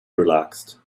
relaxed